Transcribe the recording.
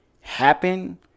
happen